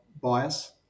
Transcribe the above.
bias